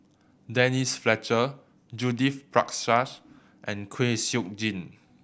Denise Fletcher Judith Prakash and Kwek Siew Jin